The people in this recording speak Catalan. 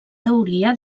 teoria